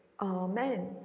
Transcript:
amen